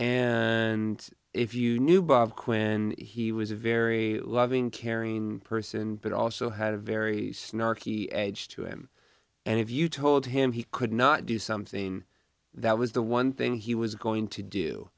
and if you knew bob quin he was a very loving caring person but also had a very snarky edge to him and if you told him he could not do something that was the one thing he was going to